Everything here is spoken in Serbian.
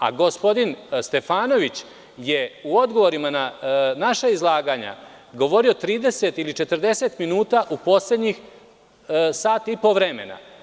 A, gospodin Stefanović je u odgovorima na naša izlaganja govorio 30 ili 40 minuta u poslednjih sat i po vremena.